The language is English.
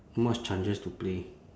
not much chances to play